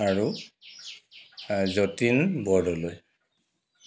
আৰু যতীন বৰদলৈ